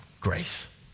Grace